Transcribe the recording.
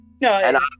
No